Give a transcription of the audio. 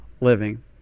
living